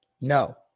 No